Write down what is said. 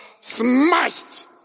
smashed